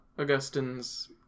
Augustine's